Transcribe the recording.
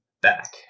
back